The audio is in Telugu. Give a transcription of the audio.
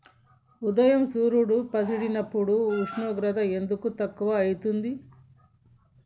ఉదయం సూర్యుడు పొడిసినప్పుడు ఉష్ణోగ్రత ఎందుకు తక్కువ ఐతుంది?